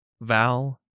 Val